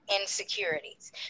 insecurities